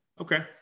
Okay